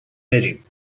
بریم